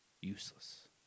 useless